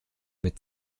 mit